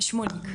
שמוליק.